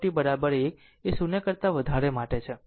તેથી આ આશા છે કે આ સમસ્યા સમજાઈ ગઈ હશે